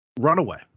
Runaway